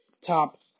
top –